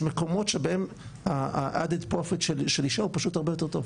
מקומות שבהם adt profile של אישה הוא פשוט הרבה יותר טוב.